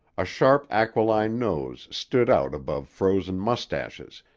a sharp aquiline nose stood out above frozen mustaches,